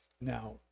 Now